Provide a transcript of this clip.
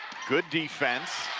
good defense.